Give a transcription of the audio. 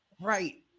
Right